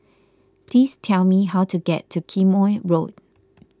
please tell me how to get to Quemoy Road